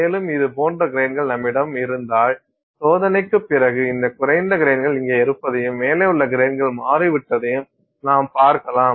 மேலும் இதுபோன்ற கிரைன்கள் நம்மிடம் இருந்திருந்தால் சோதனைக்குப் பிறகு இந்த குறைந்த கிரைன்கள் இங்கே இருப்பதையும் மேலே உள்ள கிரைன்கள் மாறிவிட்டதையும் நாம் பார்க்கலாம்